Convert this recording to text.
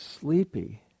sleepy